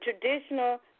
traditional